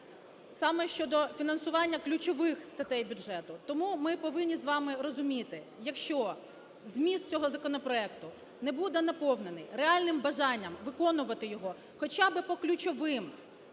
саме щодо фінансування ключових статей бюджету. Тому ми повинні з вами розуміти, якщо зміст цього законопроекту не буде наповнений реальним бажанням виконувати його хоча би по ключовим